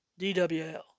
DWL